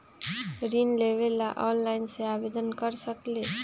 ऋण लेवे ला ऑनलाइन से आवेदन कर सकली?